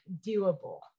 doable